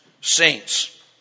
saints